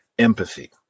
Empathy